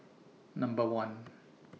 Number one